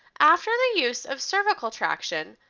after the use of cervical traction,